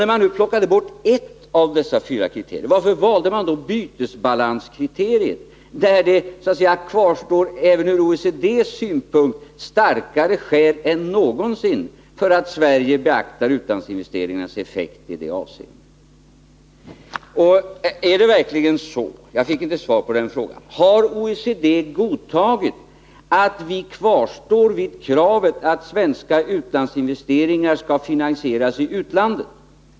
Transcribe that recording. När man nu plockade bort ett av fyra kriterier, varför valde man då bytesbalanskriteriet, där det även från OECD:s synpunkt kvarstår starkare skäl än någonsin för att Sverige beaktar utlandsinvesteringarnas effekt i det avseendet. Har OECD - jag fick inte svar på den frågan — verkligen godtagit att vi vidhåller kravet att svenska utlandsinvesteringar skall finansieras i utlandet?